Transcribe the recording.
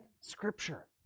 scripture